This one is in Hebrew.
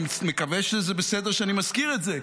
אני מקווה שזה בסדר שאני מזכיר את זה,